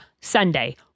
Sunday